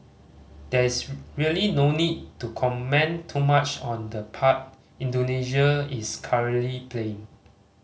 there is really no need to comment too much on the part Indonesia is currently playing